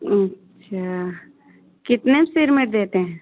अच्छा कितने सिरमेट देते हैं